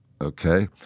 okay